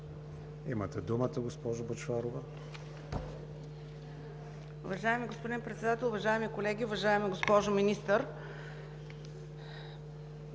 Имате думата, госпожо Бъчварова.